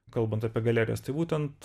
kalbant apie galerijas tai būtent